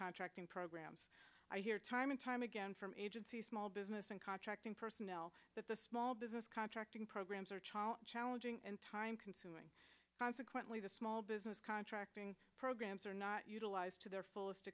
contracting programs i hear time and time again from agencies small business and contracting personnel that the small business contracting programs are challenging and time consuming consequently the small business contracting programs are not utilized to their fullest